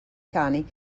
cani